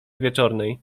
wieczornej